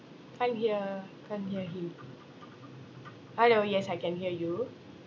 can't hear can't hear him hi orh yes I can hear you